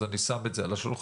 אז אני שם את זה על השולחן,